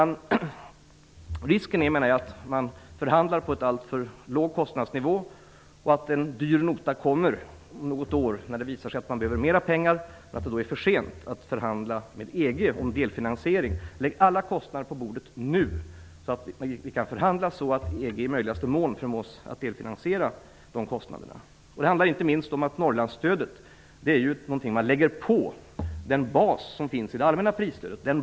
Risken med detta är att man förhandlar på en alltför låg kostnadsnivå och att en dyr nota kommer om något år när det visar sig att man behöver mer pengar, men att det då är för sent att förhandla med EG om delfinansiering. Lägg alla kostnader på bordet redan nu, så att vi kan förhandla så att EG i möjligaste mån förmås att delfinansiera de kostnaderna. Norrlandsstödet är någonting man lägger på den bas som finns i allmänna priser.